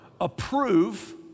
approve